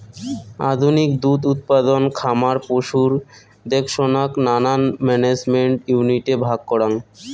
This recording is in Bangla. আধুনিক দুধ উৎপাদন খামার পশুর দেখসনাক নানান ম্যানেজমেন্ট ইউনিটে ভাগ করাং